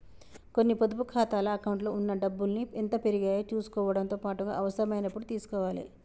కొన్ని పొదుపు ఖాతాల అకౌంట్లలో ఉన్న డబ్బుల్ని ఎంత పెరిగాయో చుసుకోవడంతో పాటుగా అవసరమైనప్పుడు తీసుకోవాలే